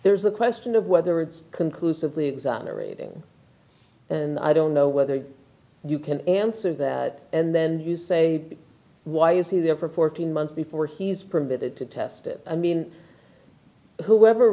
there's a question of whether it's conclusively exonerated and i don't know whether you can answer that and then say why is he there reporting months before he's permitted to test it i mean whoever